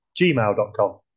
gmail.com